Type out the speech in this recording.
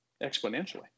exponentially